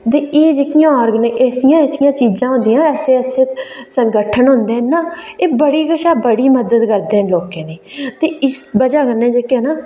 ते एह् जेह्कियां आर्गनाइजेशनां जां ऐसी ऐसियां चीजां होंदियां न ऐसे ऐसे संगठन होंदे न एह् बड़े कशा बड़ी मदद करदे न लोंकें दी ते इस बजह कन्नै जेह्का न